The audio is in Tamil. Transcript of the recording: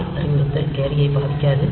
எல் அறிவுறுத்தல் கேரியை பாதிக்காது